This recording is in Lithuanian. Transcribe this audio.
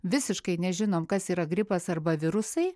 visiškai nežinom kas yra gripas arba virusai